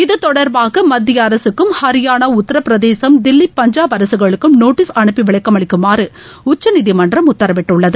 இது தொடர்பாக மத்திய அரசுக்கும் ஹரியானா உத்திர பிரதேசம் தில்லி பஞ்சாப் அரசுகளுக்கும் நோட்டீஸ் அனுப்பி விளக்கமளிக்குமாறு உச்சநீதிமன்றம் உத்தரவிட்டுள்ளது